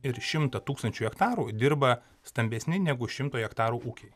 ir šimtą tūkstančių hektarų dirba stambesni negu šimto hektarų ūkiai